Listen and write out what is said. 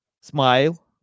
smile